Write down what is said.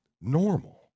normal